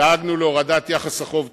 דאגנו להורדת יחס החוב תוצר,